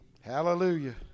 Hallelujah